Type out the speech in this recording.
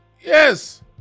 Yes